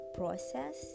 process